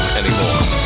anymore